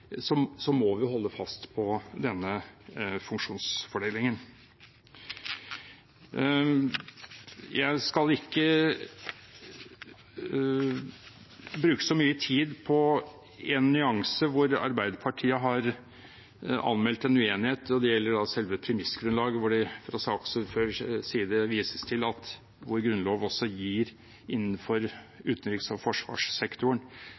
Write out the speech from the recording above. må vi holde fast på denne funksjonsfordelingen. Jeg skal ikke bruke så mye tid på en nyanse hvor Arbeiderpartiet har anmeldt en uenighet. Det gjelder selve premissgrunnlaget, hvor det fra saksordførerens side vises til at vår grunnlov også gir – innenfor utenriks- og forsvarssektoren